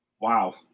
Wow